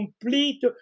complete